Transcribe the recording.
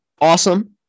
awesome